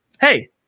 Hey